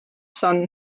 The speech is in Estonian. sun